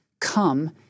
come